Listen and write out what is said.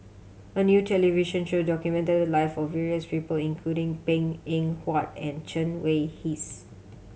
a new television show documented the live of various people including Png Eng Huat and Chen Wen Hsi